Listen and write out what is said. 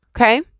Okay